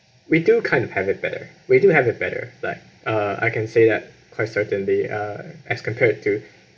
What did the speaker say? we do kind of have it better we do have it better like uh I can say that quite certainly uh as compare with to